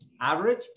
average